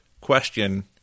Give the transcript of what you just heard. Question